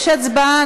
יש הצבעה?